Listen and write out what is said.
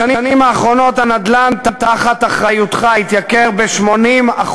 בשנים האחרונות הנדל"ן תחת אחריותך התייקר ב-80%.